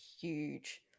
huge